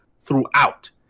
Throughout